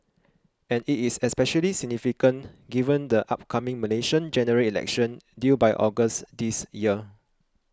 and it is especially significant given the upcoming Malaysian General Election due by August this year